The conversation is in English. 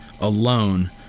alone